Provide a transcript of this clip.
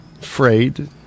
afraid